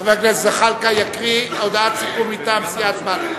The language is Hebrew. חבר הכנסת זחאלקה יקרא הודעת סיכום מטעם סיעת בל"ד.